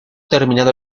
terminado